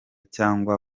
cyangwa